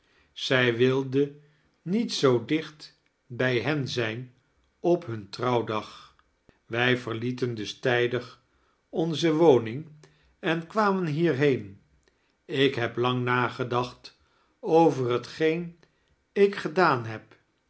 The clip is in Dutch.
zij wilde niet zoo dicht bij hen zijn op hun ttrouwdag wij verlieten dus tijdig onze woning en kwamen hier heen ik hefo lang nagedacht over hetgeen ik gedaan heb